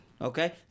Okay